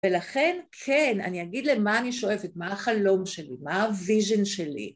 ולכן כן, אני אגיד למה אני שואפת, מה החלום שלי, מה הוויז'ן שלי.